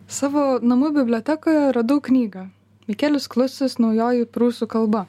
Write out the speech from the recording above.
savo namų bibliotekoje radau knygą mikelis klusius naujoji prūsų kalba